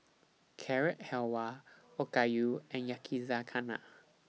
Carrot Halwa Okayu and Yakizakana